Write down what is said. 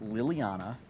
Liliana